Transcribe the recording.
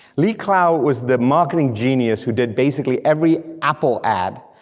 lee clow was the marketing genius who did basically every apple ad,